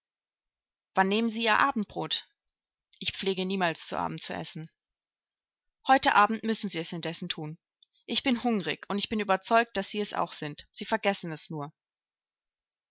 nehmen sie ihr abendbrot ich pflege niemals zu abend zu essen heute abend müssen sie es indessen thun ich bin hungrig und ich bin überzeugt daß sie es auch sind sie vergessen es nur